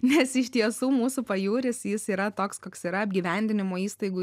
nes iš tiesų mūsų pajūris jis yra toks koks yra apgyvendinimo įstaigų